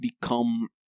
become